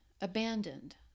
abandoned